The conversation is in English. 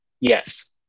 Yes